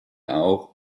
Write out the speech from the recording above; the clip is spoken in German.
auch